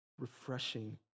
refreshing